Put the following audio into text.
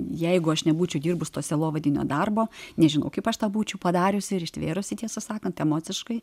jeigu aš nebūčiau dirbus to sielovadinio darbo nežinau kaip aš tą būčiau padariusi ir ištvėrusi tiesą sakant emociškai